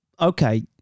Okay